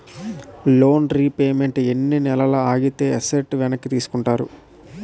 Loan repayment ఎన్ని నెలలు ఆగితే ఎసట్ వెనక్కి తీసుకుంటారు?